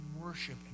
worship